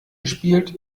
gespielt